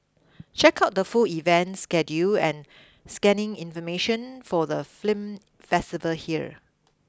check out the full event schedule and scanning information for the film festival here